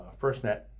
FirstNet